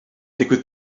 digwydd